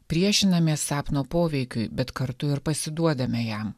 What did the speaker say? priešinamės sapno poveikiui bet kartu ir pasiduodame jam